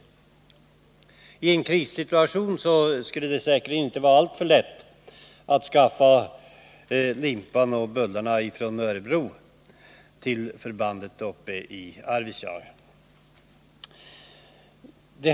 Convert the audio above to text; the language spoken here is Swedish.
I en krigssituation skulle det säkerligen inte vara särskilt lätt att skaffa limpor och bullar från Örebro till förbandet uppe i Arvidsjaur.